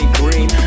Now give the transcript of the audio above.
green